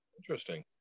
Interesting